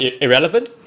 irrelevant